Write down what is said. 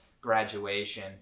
graduation